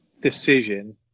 decision